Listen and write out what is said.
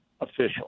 official